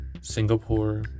Singapore